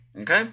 okay